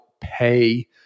pay